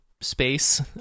space